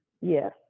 Yes